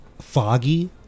foggy